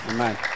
Amen